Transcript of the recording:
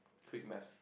quick maths